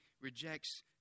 rejects